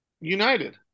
united